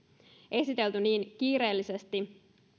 esitelty niin kiireellisesti